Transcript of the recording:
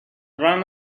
run